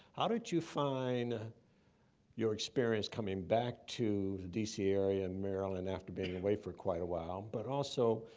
how did you find your experience coming back to the d c. area and maryland after being away for quite a while, but also,